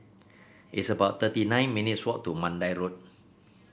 it's about thirty nine minutes' walk to Mandai Road